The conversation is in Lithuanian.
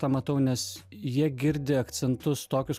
tą matau nes jie girdi akcentus tokius